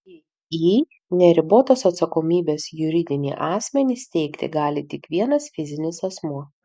iį neribotos atsakomybės juridinį asmenį steigti gali tik vienas fizinis asmuo